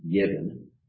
given